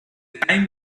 time